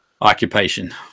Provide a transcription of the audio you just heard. occupation